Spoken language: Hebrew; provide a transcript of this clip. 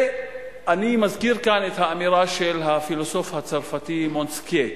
אני מזכיר כאן את האמירה של הפילוסוף הצרפתי מונטסקיה,